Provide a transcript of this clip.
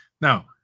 Now